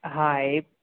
હા એ